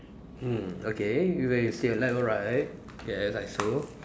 mm okay you where you see your left or right yes I also